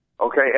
Okay